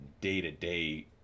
day-to-day